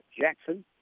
Jackson